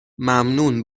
ممنون